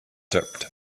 dipped